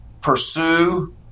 Pursue